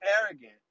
arrogant